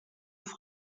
des